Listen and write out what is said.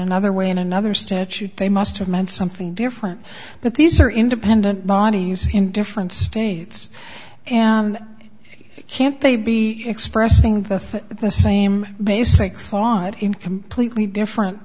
another way in another statute they must have meant something different but these are independent body use in different states and can't they be expressing both the same basic thought in completely different